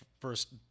first